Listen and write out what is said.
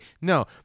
no